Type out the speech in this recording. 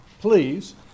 Please